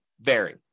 vary